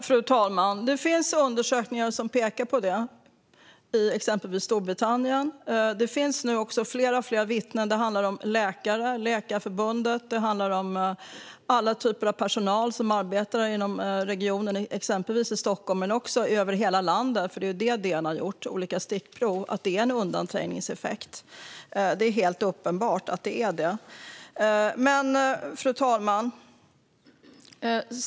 Fru talman! Det finns undersökningar som pekar på det, i exempelvis Storbritannien. Det finns också fler och fler vittnen. Det handlar om läkare, Sveriges läkarförbund och alla typer av personal som arbetar i till exempel Stockholm men även över hela landet. DN har nämligen tagit olika stickprov. Det är uppenbart att det finns en undanträngningseffekt. Fru talman!